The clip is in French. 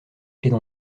clefs